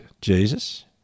Jesus